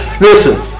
Listen